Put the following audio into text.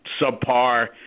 subpar